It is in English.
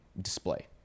display